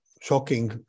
shocking